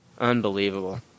unbelievable